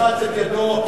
תלחץ את ידו,